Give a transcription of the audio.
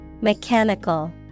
Mechanical